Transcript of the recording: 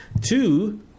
two